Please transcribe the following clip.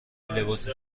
لباس